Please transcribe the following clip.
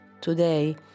Today